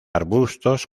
arbustos